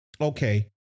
Okay